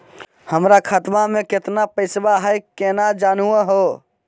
हमर खतवा मे केतना पैसवा हई, केना जानहु हो?